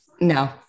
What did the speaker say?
no